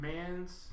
Man's